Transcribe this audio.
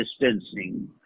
distancing